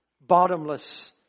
Bottomless